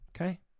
Okay